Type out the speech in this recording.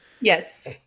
Yes